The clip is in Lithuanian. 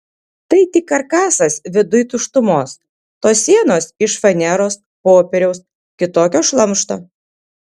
tai tik karkasas viduj tuštumos tos sienos iš faneros popieriaus kitokio šlamšto